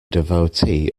devotee